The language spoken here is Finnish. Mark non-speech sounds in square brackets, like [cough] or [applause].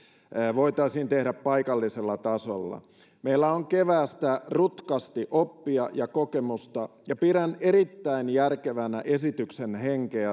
voitaisiin tehdä paikallisella tasolla meillä on keväästä rutkasti oppia ja kokemusta ja pidän erittäin järkevänä esityksenne henkeä [unintelligible]